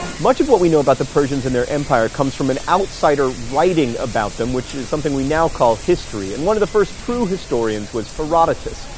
much of what we know about the persians and their empire comes from an outsider writing about them, which is something we now call history, and one of the first true historians was herodotus,